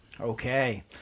Okay